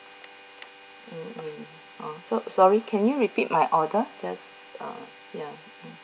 mm mm uh so~ sorry can you repeat my order just uh ya mm